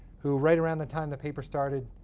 who right around the time the paper started,